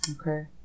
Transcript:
Okay